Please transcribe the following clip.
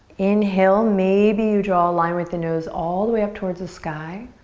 inhale, maybe you draw a line with the nose all the way up towards the sky